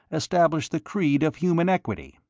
established the creed of human equity.